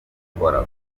kuwukora